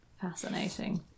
Fascinating